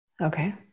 Okay